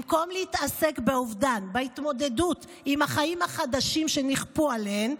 במקום להתעסק באובדן ובהתמודדות עם החיים החדשים שנכפו עליהן,